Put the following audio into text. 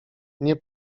nie